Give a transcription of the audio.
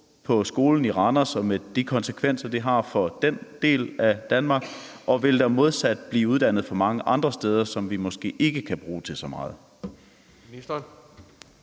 på skolen i Randers med de konsekvenser, det har for den del af Danmark, og vil der modsat blive uddannet for mange andre steder, som vi måske ikke kan bruge til så meget?